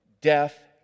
death